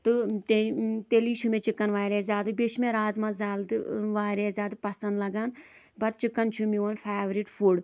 تہٕ تٔمۍ تیٚلی چھِ مےٚ چِکَن واریاہ زیادٕ بیٚیہِ چھِ مےٚ رازما دال تہِ واریاہ زیادٕ پسنٛد لگان بَٹ چِکَن چھُ میون فٮ۪ورِٹ فُڈ